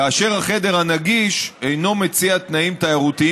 כאשר החדר הנגיש אינו מציע תנאים תיירותיים